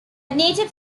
native